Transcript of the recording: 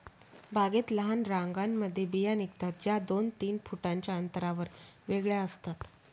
बागेत लहान रांगांमध्ये बिया निघतात, ज्या दोन तीन फुटांच्या अंतरावर वेगळ्या असतात